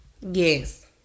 Yes